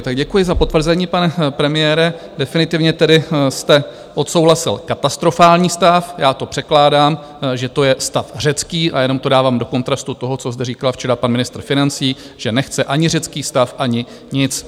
Tak děkuji za potvrzení, pane premiére, definitivně tedy jste odsouhlasil katastrofální stav, já to překládám, že to je stav řecký, a jenom to dávám do kontrastu toho, co zde říkal včera pan ministr financí, že nechce ani řecký stav, ani nic.